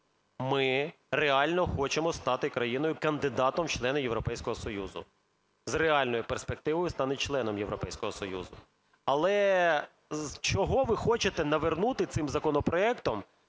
ми реально хочемо стати країною-кандидатом в члени Європейського Союзу, з реальною перспективою стати членом Європейського Союзу. Але чого ви хочете навернути цим законопроектом